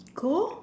cool